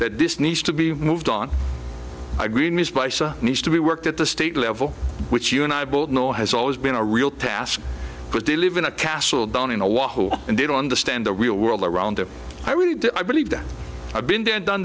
that this needs to be moved on agreements by so needs to be worked at the state level which you and i both know has always been a real task because they live in a castle down in awhile and they don't understand the real world around them i really do i believe that i've been